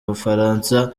bufaransa